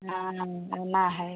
हाँ आना है